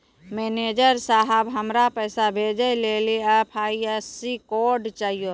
manager साहब, हमरा पैसा भेजै लेली आई.एफ.एस.सी कोड चाहियो